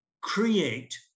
create